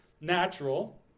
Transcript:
natural